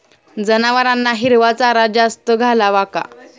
जनावरांना हिरवा चारा जास्त घालावा का?